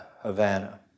Havana